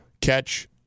catch